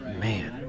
Man